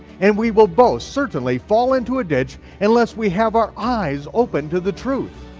and we will both certainly fall into a ditch unless we have our eyes open to the truth.